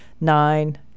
nine